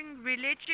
religion